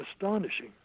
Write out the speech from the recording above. astonishing